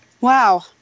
Wow